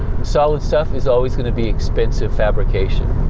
solid stuff is always going to be expensive fabrication.